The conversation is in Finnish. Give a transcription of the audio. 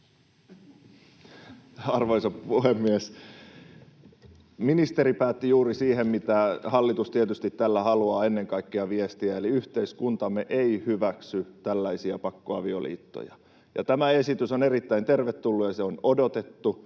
Arvoisa puhemies! Ministeri päätti juuri siihen, mitä hallitus tietysti haluaa tällä ennen kaikkea viestiä: yhteiskuntamme ei hyväksy tällaisia pakkoavioliittoja. Tämä esitys on erittäin tervetullut, ja se on odotettu,